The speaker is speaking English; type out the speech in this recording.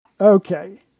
Okay